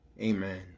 amen